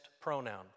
pronoun